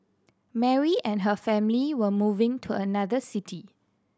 Mary and her family were moving to another city